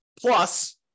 Plus